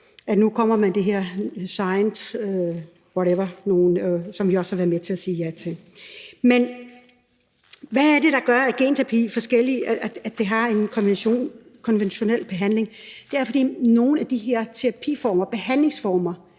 til at det her science whatever nu kommer, som vi også har været med til at sige ja til. Kl. 12:39 Men hvad er det, der gør, at genterapi er en konventionel behandling? Det er, fordi nogle af de her terapiformer, behandlingsformer